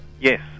Yes